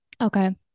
Okay